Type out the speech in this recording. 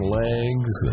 legs